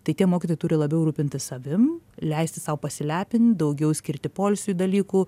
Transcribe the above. tai tie mokytojai turi labiau rūpintis savim leisti sau pasilepinti daugiau skirti poilsiui dalykų